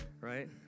right